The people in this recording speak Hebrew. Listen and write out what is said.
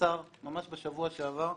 בשבוע שעבר,